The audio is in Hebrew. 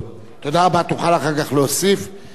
כבוד סגן ראש הממשלה, שר הפנים.